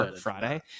friday